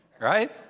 right